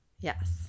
Yes